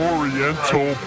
Oriental